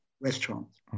restaurants